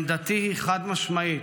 עמדתי היא חד-משמעית: